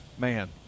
man